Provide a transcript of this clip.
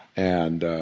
and